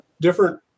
different